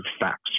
facts